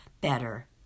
better